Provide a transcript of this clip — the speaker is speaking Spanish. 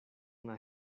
una